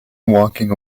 walking